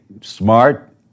Smart